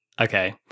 Okay